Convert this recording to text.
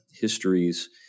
histories